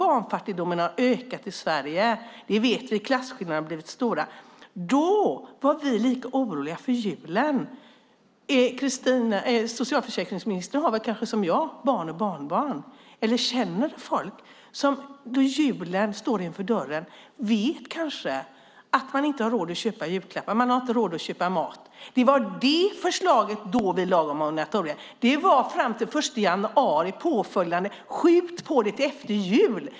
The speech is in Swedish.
Barnfattigdomen har ökat i Sverige, och klasskillnaderna har blivit stora. Vi var lite oroliga inför julen. Socialförsäkringsministern har väl kanske som jag barn och barnbarn eller känner människor som när julen står inför dörren kanske vet att de inte har råd att köpa julklappar och mat. Det var därför vi lade fram förslaget om moratorium fram till den 1 januari. Vi ville skjuta på det till efter jul.